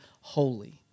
holy